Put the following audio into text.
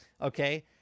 okay